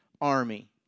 army